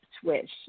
switch